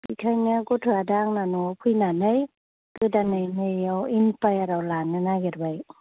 बेखायनो गथ'आ दा आंना न'आव फैनानै गोदानै नै बेयाव इमपायाराव लानो नागिरबाय